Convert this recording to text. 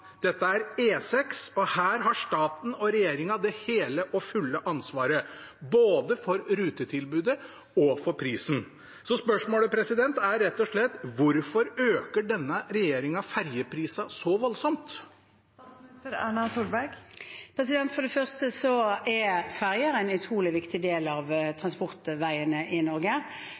Dette er E6, og her har staten og regjeringen det hele og fulle ansvaret – både for rutetilbudet og for prisen. Spørsmålet er rett og slett: Hvorfor øker denne regjeringen ferjeprisene så voldsomt? For det første er ferjene en utrolig viktig del av transportveiene i Norge,